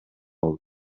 болот